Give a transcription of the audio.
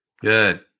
Good